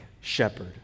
shepherd